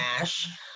ash